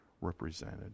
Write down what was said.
represented